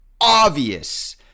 obvious